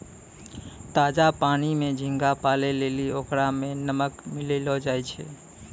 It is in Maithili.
ताजा पानी में झींगा पालै लेली ओकरा में नमक मिलैलोॅ जाय छै